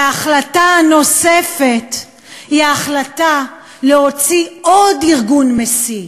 וההחלטה הנוספת היא ההחלטה להוציא עוד ארגון מסית,